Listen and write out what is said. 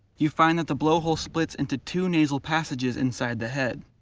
you find that the blowhole splits into two nasal passages inside the head.